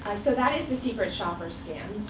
ah so that is the secret shopper scam.